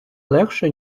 легше